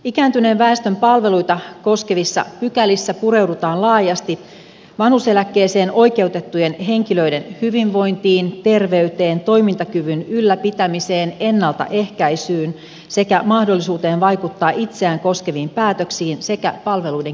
ikääntyneen väestön palveluita koskevissa pykälissä pureudutaan laajasti vanhuuseläkkeeseen oikeutettujen henkilöiden hyvinvointiin terveyteen toimintakyvyn ylläpitämiseen ennaltaehkäisyyn sekä mahdollisuuteen vaikuttaa itseään koskeviin päätöksiin sekä palveluiden kehittämiseen